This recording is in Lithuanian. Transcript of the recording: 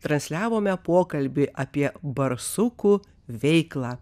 transliavome pokalbį apie barsukų veiklą